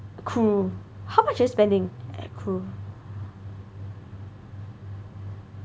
crew how much are you spending at crew